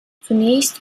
zunächst